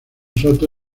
soto